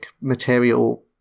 material